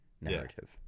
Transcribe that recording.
narrative